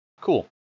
Cool